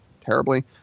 terribly